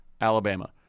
Alabama